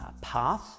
path